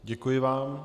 Děkuji vám.